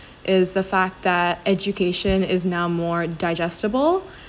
is the fact that education is now more digestible